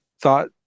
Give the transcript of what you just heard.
thought